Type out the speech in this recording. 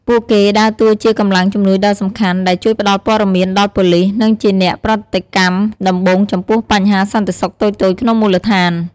ពួកគេដើរតួជាកម្លាំងជំនួយដ៏សំខាន់ ដែលជួយផ្តល់ព័ត៌មានដល់ប៉ូលិស និងជាអ្នកប្រតិកម្មដំបូងចំពោះបញ្ហាសន្តិសុខតូចៗក្នុងមូលដ្ឋាន។